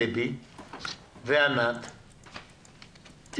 דבי וענת תשבו.